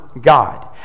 God